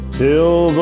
till